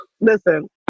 Listen